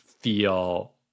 feel